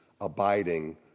abiding